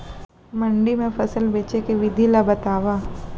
मंडी मा फसल बेचे के विधि ला बतावव?